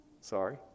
Sorry